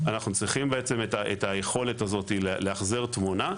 אנחנו צריכים את היכולת הזו לאחזר תמונה.